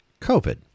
COVID